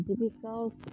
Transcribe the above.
difficult